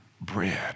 bread